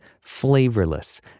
flavorless